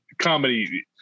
comedy